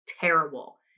terrible